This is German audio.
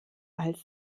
als